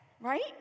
right